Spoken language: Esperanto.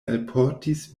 alportis